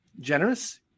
generous